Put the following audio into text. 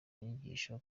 inyigisho